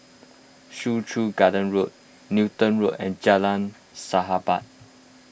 Soo Chow Garden Road Newton Road and Jalan Sahabat